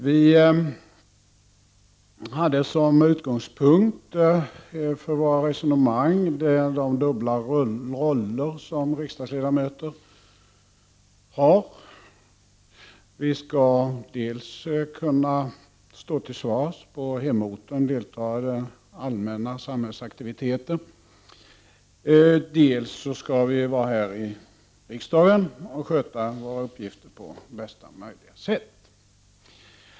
Vi hade som utgångspunkt för våra resonemang de dubbla roller som riksdagsledamöterna har: vi skall dels kunna stå till svars på hemorten och delta i allmänna samhällsaktiviteter, dels vara här i riksdagen och sköta vår uppgift på bästa möjliga sätt.